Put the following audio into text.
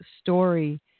story